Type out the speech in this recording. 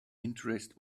interest